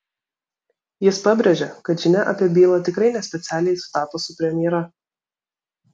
jis pabrėžė kad žinia apie bylą tikrai ne specialiai sutapo su premjera